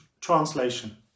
translation